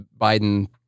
Biden